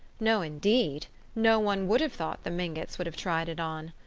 no, indeed no one would have thought the mingotts would have tried it on!